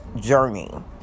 journey